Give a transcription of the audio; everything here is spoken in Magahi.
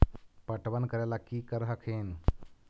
पटबन करे ला की कर हखिन?